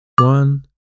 One